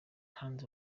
hand